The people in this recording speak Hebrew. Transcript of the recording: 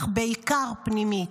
אך בעיקר פנימית.